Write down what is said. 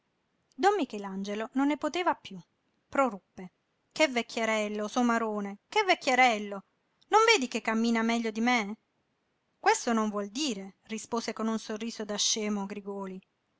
don michelangelo non ne poteva piú proruppe che vecchierello somarone che vecchierello non vedi che cammina meglio di me questo non vuol dire rispose con un sorriso da scemo grigòli